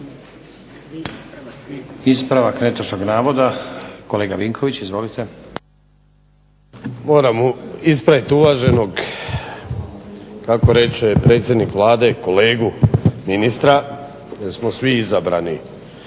Ispravak netočnog navoda, kolega Vinković. Izvolite. **Vinković, Zoran (HDSSB)** Moram ispraviti uvaženog kako reče predsjednik Vlade kolegu ministra jer smo svi izabrani